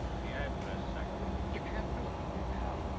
the address, zachary. you can't do it to me, pal.